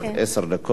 עשר דקות.